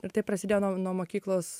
ir taip prasidėjo nuo nuo mokyklos